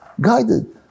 guided